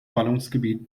ballungsgebiet